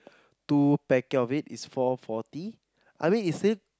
two packet of it it's four forty I mean it's still